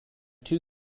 two